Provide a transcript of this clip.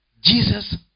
Jesus